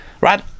right